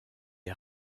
est